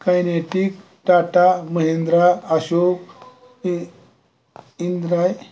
kinetic Tata Mahindra Ashok इ इंद्राय